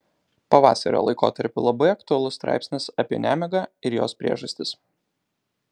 pavasario laikotarpiui labai aktualus straipsnis apie nemigą ir jos priežastis